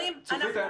צופית,